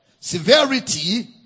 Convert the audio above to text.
Severity